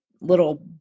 little